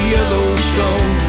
Yellowstone